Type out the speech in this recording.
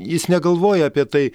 jis negalvoja apie tai